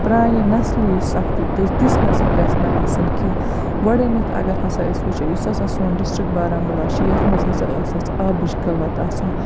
پرانہِ نَسلہِ یُس سَختی تُج تِژھ نَسا گَژھِ نہٕ آسٕنۍ کینٛہہ گۄڈنیٚتھ اگر ہَسا أسۍ وٕچھو یُس ہَسا سون ڈسٹرک بارہمولہ چھُ یَتھ مَنٛز ہَسا ٲسۍ اَسہِ آبٕچ قٕلَت آسان